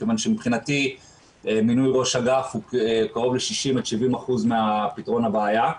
מכיוון שמבחינתי מינוי ראש אגף קרוב ל-60% עד 70% מפתרון הבעיה.